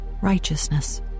righteousness